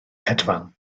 hedfan